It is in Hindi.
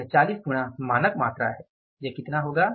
यह 40 गुणा मानक मात्रा है यह कितना होगा